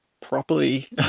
properly